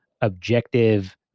objective